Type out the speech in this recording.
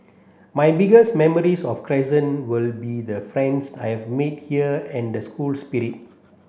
my biggest memories of Crescent will be the friends I've made here and the school spirit